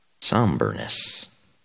somberness